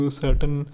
certain